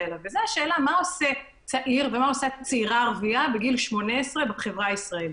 אליו וזו השאלה מה עושה צעירה ערביה בגיל 18 בחברה הישראלית.